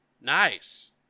Nice